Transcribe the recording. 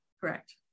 Correct